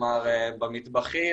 כלומר במטבחים,